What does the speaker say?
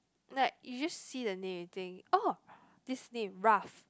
like you just see the name you think oh this name Ralph